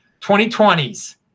2020s